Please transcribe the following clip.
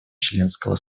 членского